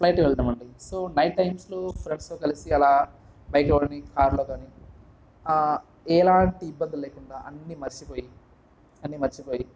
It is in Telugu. ఫ్లైట్లో వెళ్లడం అండి సో నైట్ టైమ్స్లో ఫ్రెండ్స్తో కలిసి అలా బైక్లో కాని కార్లో కాని ఎలాంటి ఇబ్బందులు లేకుండా అన్ని మర్చిపోయి అన్ని మర్చిపోయి